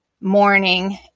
morning